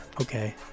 okay